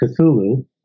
Cthulhu